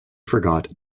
forgot